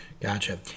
Gotcha